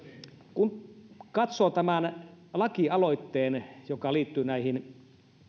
kun katsoo tämän lakialoitteen joka liittyy näihin